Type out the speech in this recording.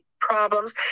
problems